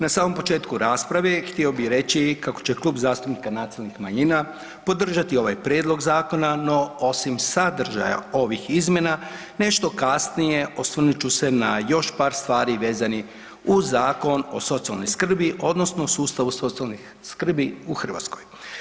Na samom početku rasprave htio bi reći kako će Klub zastupnika nacionalnih manjina podržati ovaj prijedlog zakona, no osim sadržaja ovih izmjena nešto kasnije osvrnut ću se na još par stvari vezanih uz Zakon o socijalnoj skrbi odnosno sustavu socijalnih skrbi u Hrvatskoj.